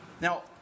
Now